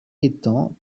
étant